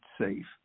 safe